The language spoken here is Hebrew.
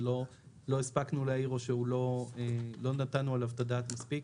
ולא הספקנו להעיר או שלא נתנו עליו את הדעת מספיק.